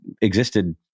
existed